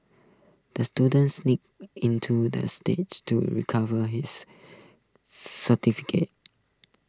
the students into the stage to recover his certificate